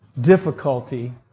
difficulty